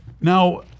Now